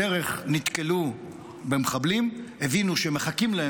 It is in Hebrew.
בדרך הם נתקלו במחבלים, הבינו שמחכים להם